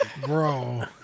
Bro